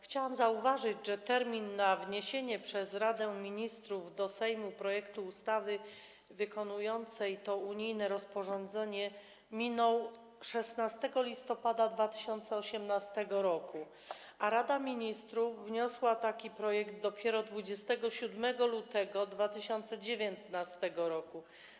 Chciałam zauważyć, że termin wniesienia przez Radę Ministrów do Sejmu projektu ustawy wykonującej to unijne rozporządzenie minął 16 listopada 2018 r., a Rada Ministrów wniosła taki projekt dopiero 27 lutego 2019 r.